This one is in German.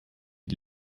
die